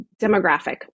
demographic